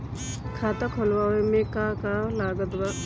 खाता खुलावे मे का का लागत बा?